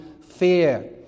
fear